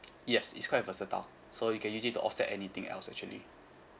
yes it's quite versatile so you can use it to offset anything else actually